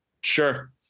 Sure